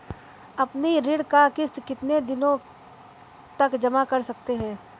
अपनी ऋण का किश्त कितनी दिनों तक जमा कर सकते हैं?